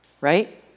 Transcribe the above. right